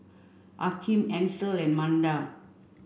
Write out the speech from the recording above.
Akeem Ansel and Manda